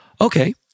okay